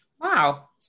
Wow